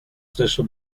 stesso